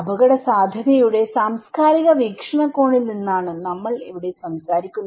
അപകടസാധ്യതയുടെ സാംസ്കാരിക വീക്ഷണകോണിൽ നിന്നാണ് നമ്മൾ ഇവിടെ സംസാരിക്കുന്നത്